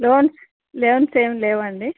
loans loans ఏమి లేవండి